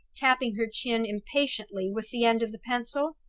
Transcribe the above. tapping her chin impatiently with the end of the pencil.